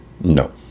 No